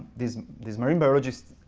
these these marine biologists,